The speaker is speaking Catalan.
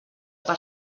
per